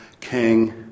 king